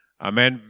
Amen